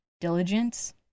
diligence